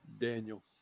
Daniel